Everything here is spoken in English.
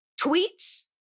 tweets